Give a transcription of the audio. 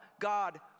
God